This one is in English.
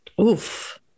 oof